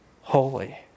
holy